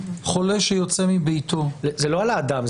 חולה שיוצא מביתו --- זה לא על האדם.